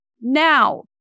Now